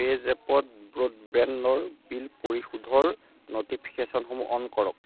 পে'জেপত ব্ৰডবেণ্ডৰ বিল পৰিশোধৰ ন'টিফিকেশ্যনসমূহ অ'ন কৰক